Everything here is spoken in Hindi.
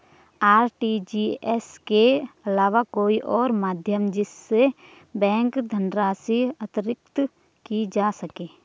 आर.टी.जी.एस के अलावा कोई और माध्यम जिससे बैंक धनराशि अंतरित की जा सके?